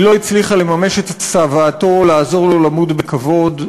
היא לא הצליחה לממש את צוואתו לעזור לו למות בכבוד,